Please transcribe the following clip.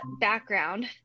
background